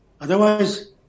Otherwise